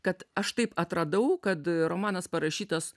kad aš taip atradau kad romanas parašytas